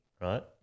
right